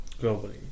globally